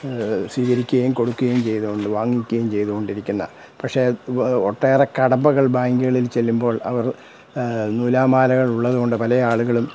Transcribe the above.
സ്വീകരിക്കുകയും കൊടുക്കുകയും ചെയ്തു കൊണ്ട് വാങ്ങിക്കുകയും ചെയ്ത് കൊണ്ടിരിക്കുന്നത് പക്ഷേ ഒട്ടേറെ കടമ്പകൾ ബാങ്കുകളിൽ ചെല്ലുമ്പോൾ അവർ നൂലാമാലകൾ ഉള്ളതുകൊണ്ട് പല ആളുകളും